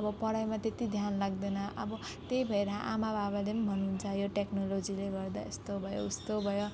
अब पढाइमा त्यति ध्यान लाग्दैन अब त्यही भएर आमाबाबाले पनि भन्नुहुन्छ यो टेक्नोलोजीले गर्दा यस्तो भयो उस्तो भयो